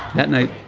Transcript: that night,